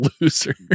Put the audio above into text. loser